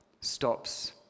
stops